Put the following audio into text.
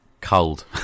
cold